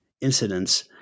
incidents